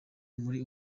muri